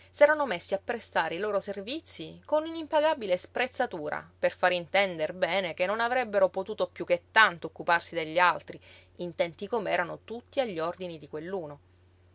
vederli s'erano messi a prestare i loro servizii con un'impagabile sprezzatura per fare intender bene che non avrebbero potuto piú che tanto occuparsi degli altri intenti com'erano tutti agli ordini di